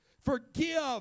Forgive